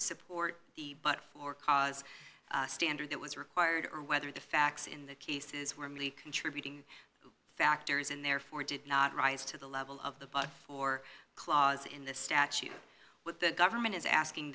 support the but or cause standard that was required or whether the facts in the cases were many contributing factors and therefore did not rise to the level of the bug or clause in the statute what the government is asking